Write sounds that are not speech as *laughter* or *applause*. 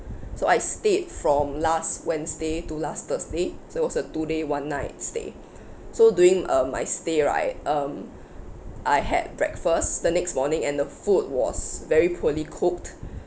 *breath* so I stayed from last wednesday to last thursday so was a two day one night stay *breath* so during um my stay right um *breath* I had breakfast the next morning and the food was very poorly cooked *breath*